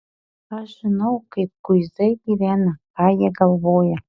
aš žinau kaip kuzai gyvena ką jie galvoja